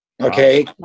Okay